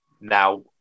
now